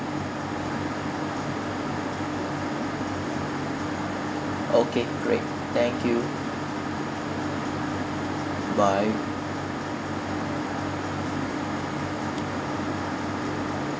okay great thank you bye